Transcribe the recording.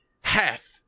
half